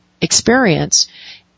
experience